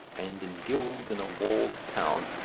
and in guilds in a walled town,